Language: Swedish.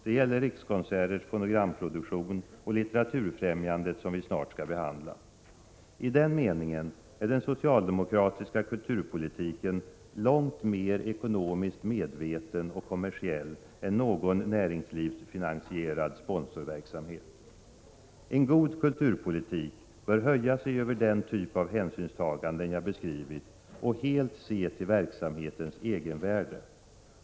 Det gäller Rikskonserters fonogramproduktion och Litteraturfrämjandet, som vi snart skall behandla. I den meningen är den socialdemokratiska kulturpolitiken långt mer ekonomiskt medveten och kommersiell än någon näringslivsfinansierad sponsorverksamhet. En god kulturpolitik bör höja sig över den typ av hänsynstaganden som jag har beskrivit och helt se till verksamhetens egenvärde.